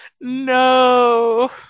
No